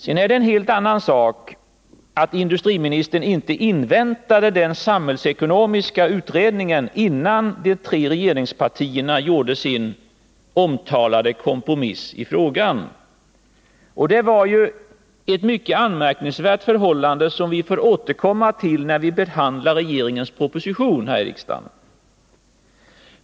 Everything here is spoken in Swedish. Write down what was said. Sedan är det en helt annan sak att industriministern inte inväntade den samhällsekonomiska utredningen innan de tre regeringspartierna gjorde sin omtalade kompromiss i frågan. Det är ett mycket anmärkningsvärt förhållande, som vi får återkomma till när vi behandlar propositionen här i riksdagen.